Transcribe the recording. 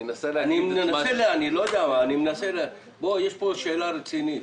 יש פה שאלה רצינית.